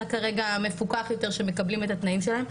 כרגע המפוקח יותר שמקבלים את התנאים שלהם,